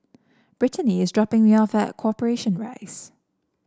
Brittanie is dropping me off at Corporation Rise